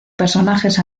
personajes